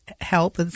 help